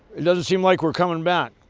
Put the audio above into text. it doesn't seem like we're coming back.